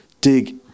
dig